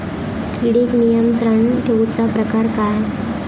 किडिक नियंत्रण ठेवुचा प्रकार काय?